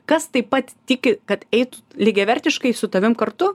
kas taip pat tiki kad eitų t lygiavertiškai su tavim kartu